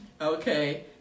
Okay